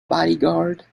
bodyguard